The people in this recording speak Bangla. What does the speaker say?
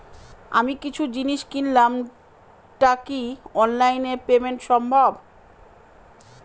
আমি কিছু জিনিস কিনলাম টা কি অনলাইন এ পেমেন্ট সম্বভ?